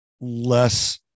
less